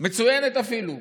מצוינת אפילו,